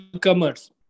comers